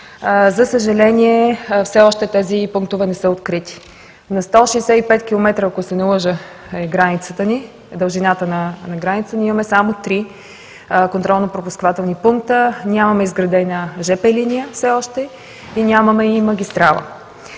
за съжаление, все още тези пунктове не са открити. На 165 км – ако не се лъжа, е дължината на границата ни, ние имаме само 3 контролно-пропускателни пункта. Нямаме все още изградена жп линия, нямаме и магистрала.